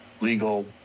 legal